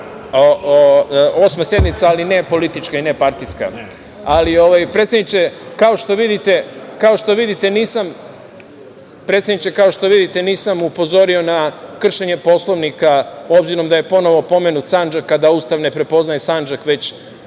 je sednica, ali ne politička i ne partijska. Predsedniče, kao što vidite, nisam upozorio na kršenje Poslovnika obzirom da je opet pomenut Sandžak, a da Ustav ne prepoznaje Sandžak, već